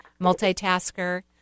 multitasker